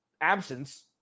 absence